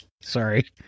Sorry